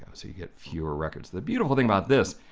ah you get fewer records. the beautiful thing about this,